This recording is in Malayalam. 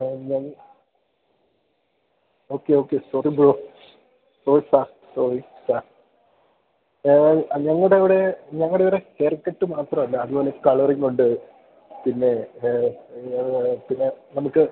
അതെന്താത് okay okay sorry bro sorry sir sorry sir ദയവായി അ ഞങ്ങളുടെ ഇവിടെ ഞങ്ങളുടെ ഇവിടെ ഹെയർകട്ട് മാത്രമല്ല അതുപോലെ കളറിങ്ങൊണ്ട് പിന്നെ പിന്നെ നമുക്ക്